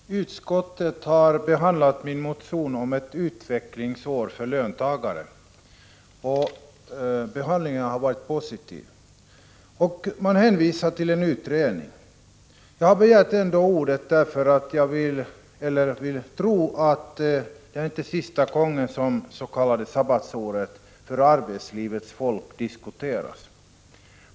Herr talman! Utskottet har behandlat min motion om ett utvecklingsår för löntagare positivt och hänvisar till en utredning. Jag har ändå begärt ordet, eftersom jag vill tro att detta inte är sista gången som ett s.k. sabbatsår för arbetslivets folk diskuteras.